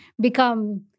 become